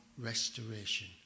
restoration